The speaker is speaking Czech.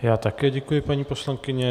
Já také děkuji, paní poslankyně.